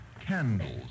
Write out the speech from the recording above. candles